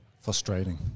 Frustrating